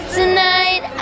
tonight